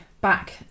back